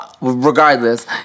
regardless